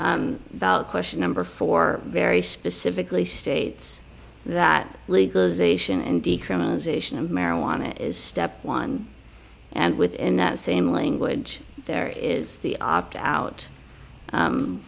question number four very specifically states that legalization and decriminalization of marijuana is step one and within that same language there is the opt out